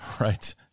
Right